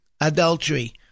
adultery